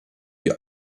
die